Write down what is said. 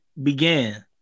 began